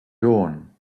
dawn